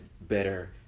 better